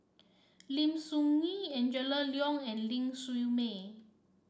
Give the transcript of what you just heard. Lim Soo Ngee Angela Liong and Ling Siew May